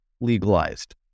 legalized